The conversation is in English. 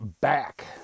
back